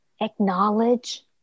acknowledge